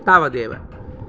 तावदेव